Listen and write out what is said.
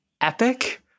Epic